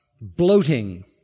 Bloating